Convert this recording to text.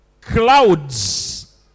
clouds